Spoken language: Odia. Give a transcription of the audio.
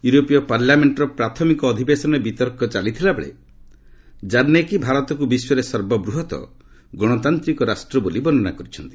ୟୁରୋପୀୟ ପାର୍ଲାମେଣ୍ଟ୍ର ପ୍ରାଥମିକ ଅଧିବେଶନରେ ବିତର୍କ ଚାଲିଥିଲାବେଳେ ଜାର୍ନେକୀ ଭାରତକୁ ବିଶ୍ୱରେ ସର୍ବବୃହତ୍ ଗଣତାନ୍ତିକ ରାଷ୍ଟ୍ର ବୋଲି ବର୍ଷ୍ଣନା କରିଛନ୍ତି